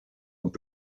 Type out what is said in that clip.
und